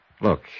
Look